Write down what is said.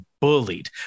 bullied